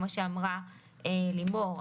כפי שאמרה לימור,